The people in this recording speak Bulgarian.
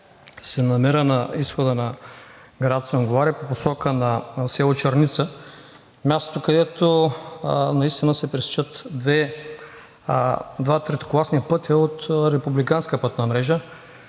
се намира на изхода на град Сунгурларе по посока на село Черница – мястото, където наистина се пресичат два третокласни пътя от републиканската пътна мрежа.